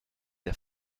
der